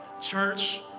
Church